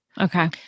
Okay